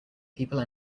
people